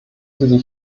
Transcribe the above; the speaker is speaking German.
sie